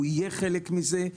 הוא יהיה חלק מזה,